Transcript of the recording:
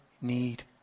need